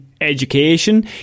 education